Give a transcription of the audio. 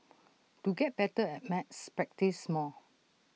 to get better at maths practise more